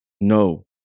No